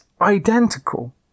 identical